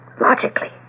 logically